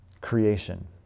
creation